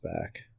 back